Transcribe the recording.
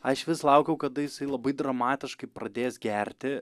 aš vis laukiau kada jisai labai dramatiškai pradės gerti